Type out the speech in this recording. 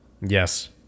Yes